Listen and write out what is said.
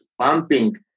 pumping